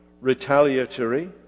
retaliatory